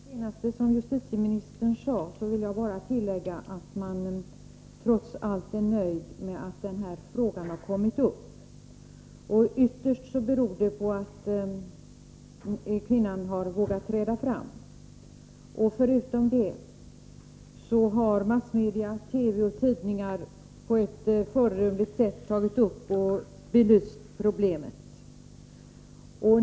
Herr talman! Till det senaste som justitieministern sade vill jag bara tillägga att jag trots allt är nöjd med att den här frågan har kommit upp. Ytterst beror det på att kvinnan har vågat träda fram. Förutom det har massmedia, TV och tidningar på ett föredömligt sätt tagit upp och belyst problemet.